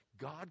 God